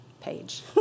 page